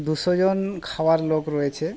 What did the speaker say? দুশো জন খাওয়ার লোক রয়েছে